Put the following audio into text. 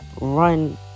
run